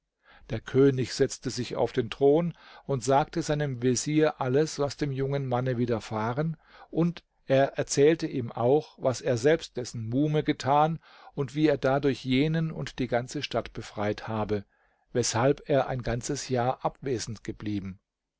der könig setzte sich auf den thron und sagte seinem vezier alles was dem jungen manne widerfahren er erzählte ihm auch was er selbst dessen muhme getan und wie er dadurch jenen und die ganze stadt befreit habe weshalb er ein ganzes jahr abwesend geblieben